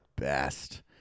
best